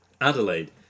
Adelaide